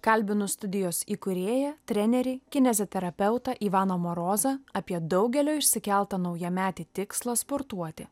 kalbinu studijos įkūrėją trenerį kineziterapeutą ivaną morozą apie daugelio išsikeltą naujametį tikslą sportuoti